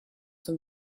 zum